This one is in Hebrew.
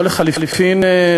או לחלופין,